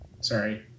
sorry